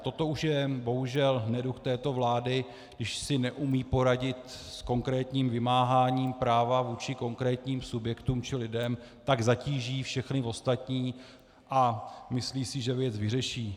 Toto už je bohužel neduh této vlády když si neumí poradit s konkrétním vymáháním práva vůči konkrétním subjektům či lidem, tak zatíží všechny ostatní a myslí si, že věc vyřeší.